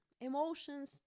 emotions